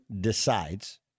decides